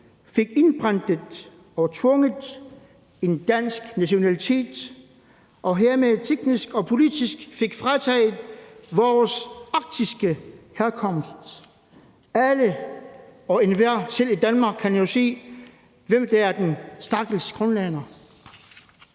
fik indprentet og påtvunget en dansk nationalitet og hermed teknisk og politisk fik frataget vores arktiske herkomst, kan alle og enhver – selv i Danmark – jo se, hvem der er den stakkels grønlænder.